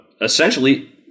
essentially